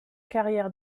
carrière